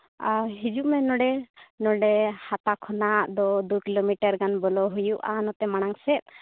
ᱟᱨ ᱦᱤᱡᱩᱜ ᱢᱮ ᱱᱚᱸᱰᱮ ᱱᱚᱸᱰᱮ ᱦᱟᱛᱟ ᱠᱷᱚᱱᱟᱜ ᱫᱚ ᱫᱩ ᱠᱤᱞᱳᱢᱤᱴᱟᱨ ᱜᱟᱱ ᱵᱚᱞᱚᱜ ᱦᱩᱭᱩᱜᱼᱟ ᱱᱚᱛᱮ ᱢᱟᱬᱟᱝ ᱥᱮᱫ